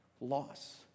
loss